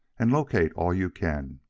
and locate all you can.